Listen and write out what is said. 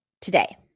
today